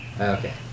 Okay